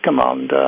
Command